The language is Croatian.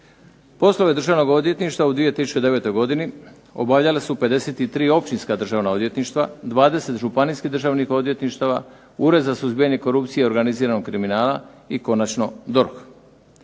Poslove Državnog odvjetništva u 2009. godini obavljale su 53 Općinska državna odvjetništva, 20 županijskih državnih odvjetništava, Ured za suzbijanje korupcije i organiziranog kriminala i konačno DORH.